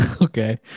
okay